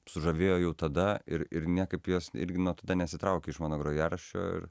sužavėjo jau tada ir ir niekaip jos irgi nuo tada nesitraukė iš mano grojaraščio ir